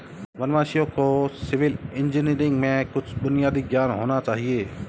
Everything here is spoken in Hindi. वनवासियों को सिविल इंजीनियरिंग में कुछ बुनियादी ज्ञान होना चाहिए